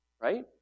Right